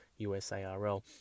USARL